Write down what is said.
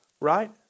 right